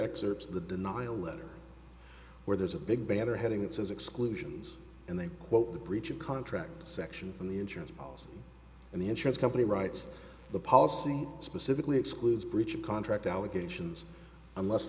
excerpts the denial letter where there's a big banner heading it says exclusions and they quote the breach of contract section from the insurance policy and the insurance company writes the policy specifically excludes breach of contract allocations unless